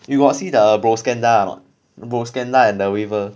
you got see the bro scandal or not bro scandal and the waver